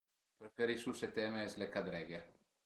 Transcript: Preferisu seteme s'le cadreghe